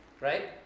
Right